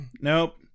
Nope